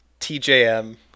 TJM